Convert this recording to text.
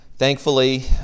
Thankfully